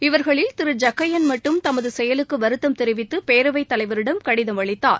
இவர்களில் திரு ஜக்கையன் மட்டும் தமது செயலுக்கு வருத்தம் தெரிவித்து பேரவைத் தலைவரிடம் கடதம் அளித்தார்